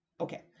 Okay